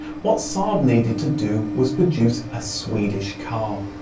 what saab needed to do was produce a swedish car.